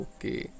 Okay